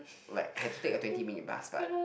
like I had to take a twenty minutes bus but